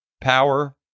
power